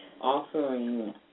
Offering